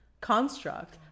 construct